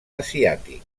asiàtic